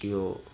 केओ